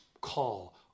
call